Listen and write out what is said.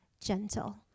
gentle